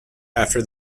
after